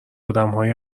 آدمهای